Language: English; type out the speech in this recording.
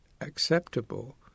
acceptable